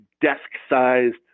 desk-sized